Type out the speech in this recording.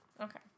Okay